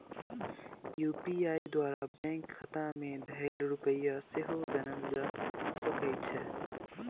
UPI द्वारा bank खता में धएल रुपइया सेहो जानल जा सकइ छै